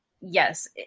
yes